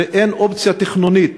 שאין אופציה תכנונית